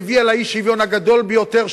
היא הביאה לאי-שוויון הגדול ביותר,